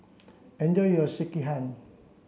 enjoy your Sekihan